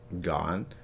gone